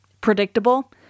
predictable